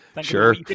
Sure